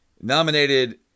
nominated